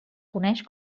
coneix